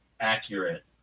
accurate